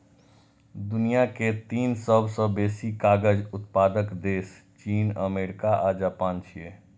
दुनिया के तीन सबसं बेसी कागज उत्पादक देश चीन, अमेरिका आ जापान छियै